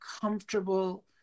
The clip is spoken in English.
comfortable